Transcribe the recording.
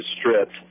stripped